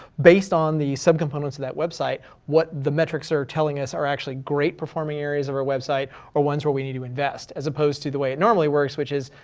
based on the subcomponents of that website, what the metrics are telling us are actually great performing areas of our website or ones where we need to invest, as opposed to the way it normally works, which is,